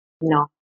No